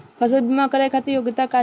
फसल बीमा करावे खातिर योग्यता का चाही?